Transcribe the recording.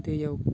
दैयाव